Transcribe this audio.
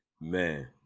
Man